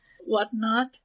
whatnot